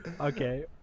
Okay